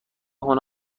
هنر